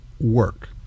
work